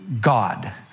God